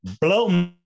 blow